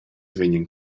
vegnan